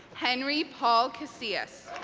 henry paul casillas